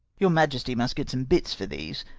your majesty must get some bits for these,